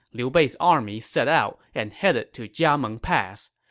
liu bei's army set out and headed to jiameng pass.